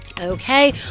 okay